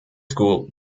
school